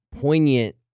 poignant